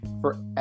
forever